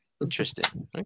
Interesting